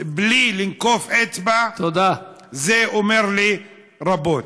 בלי לנקוף אצבע, זה אומר לי רבות.